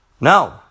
No